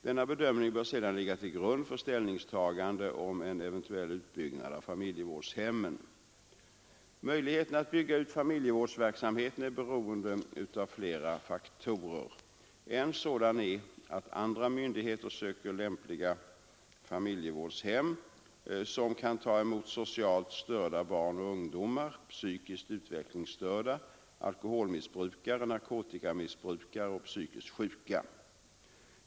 Denna bedömning bör sedan ligga till grund för ställningstagande till en eventuell utbyggnad av familjevårdshemmen. Möjligheterna att bygga ut familjevårdsverksamheten är beroende av flera faktorer. En sådan är att andra myndigheter söker lämpliga familjevårdshem som kan ta emot socialt störda barn och ungdomar, psykiskt utvecklingsstörda, alkoholmissbrukare, narkotikamissbrukare och psykiskt sjuka.